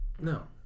No